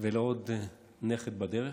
ולעוד נכד בדרך.